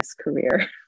career